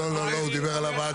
לא, לא, הוא דיבר על הוועדה.